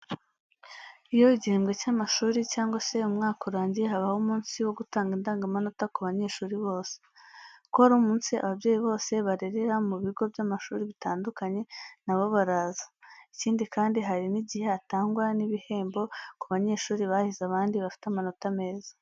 Iyo igihembwe cy'amashuri cyangwa se umwaka urangiye, habaho umunsi wo gutanga indangamanota ku banyeshuri bose. Kuri uwo munsi ababyeyi bose barerera mu bigo by'amashuri bitandukanye na bo baraza. Ikindi kandi, hari n'igihe hatangwa n'ibihembo ku banyeshuri bahize abandi bafite amanota meza.